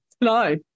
No